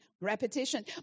repetition